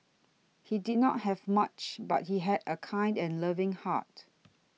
he did not have much but he had a kind and loving heart